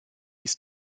ist